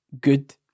good